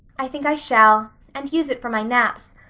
i think i shall. and use it for my naps.